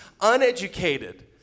uneducated